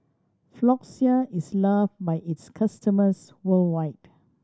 Floxia is loved by its customers worldwide